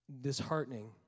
disheartening